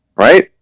Right